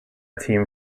team